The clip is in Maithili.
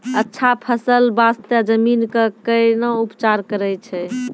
अच्छा फसल बास्ते जमीन कऽ कै ना उपचार करैय छै